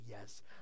yes